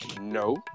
No